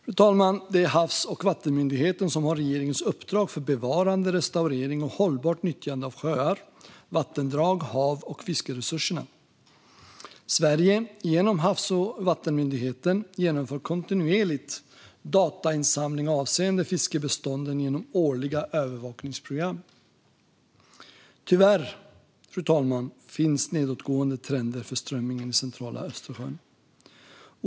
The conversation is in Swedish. Fru talman! Det är Havs och vattenmyndigheten som har regeringens uppdrag för bevarande, restaurering och hållbart nyttjande av sjöar, vattendrag, hav och fiskresurserna. Sverige, genom Havs och vattenmyndigheten, genomför kontinuerligt datainsamling avseende fiskbestånden genom årliga övervakningsprogram. Tyvärr, fru talman, finns nedåtgående trender för strömmingen i centrala Östersjön.